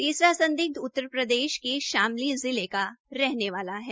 तीसरा संदिग्ध उत्तर प्रदेश के शामली जिले का रहने वाला है